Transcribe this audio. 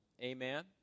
Amen